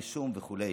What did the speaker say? רישום וכו'.